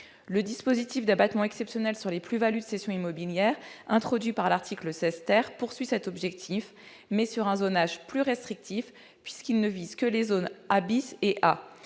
Le dispositif d'abattement exceptionnel sur les plus-values de cessions immobilières introduit par l'article 16 poursuit cet objectif, mais sur un zonage plus restrictif, puisqu'il ne vise que les zones A et A.